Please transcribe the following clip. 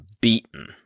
beaten